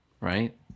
right